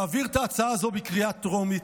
להעביר את ההצעה הזו בקריאה טרומית,